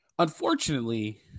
Unfortunately